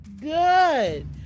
good